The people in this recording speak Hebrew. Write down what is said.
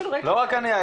לא רק אני,